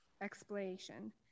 Explanation